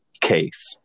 case